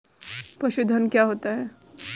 पशुधन क्या होता है?